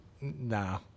Nah